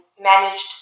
managed